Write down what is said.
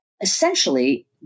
essentially